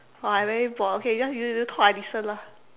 !wah! I very bored okay you just you you talk I listen lah